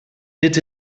dit